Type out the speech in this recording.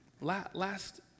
Last